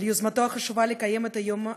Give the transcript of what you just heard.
על יוזמתו החשובה לקיים את היום הזה,